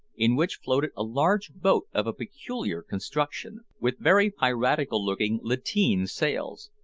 in which floated a large boat of a peculiar construction, with very piratical-looking lateen sails.